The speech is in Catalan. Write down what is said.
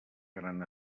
gran